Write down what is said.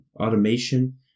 automation